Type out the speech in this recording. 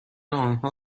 آنها